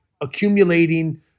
accumulating